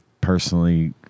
personally